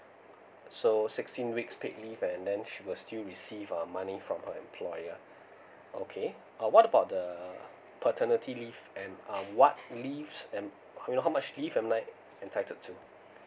so sixteen weeks paid leave and then she will still receive uh money from your employer okay uh what about the paternity leave and uh what leave am you know how much leave am I entitled to